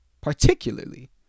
Particularly